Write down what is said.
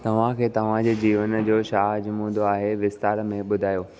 तव्हांखे तव्हांजे जीवन जो छा आज़मूदो आहे विस्तार में ॿुधायो